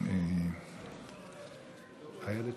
המשפטים איילת